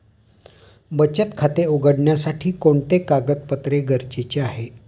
बचत खाते उघडण्यासाठी कोणते कागदपत्रे गरजेचे आहे?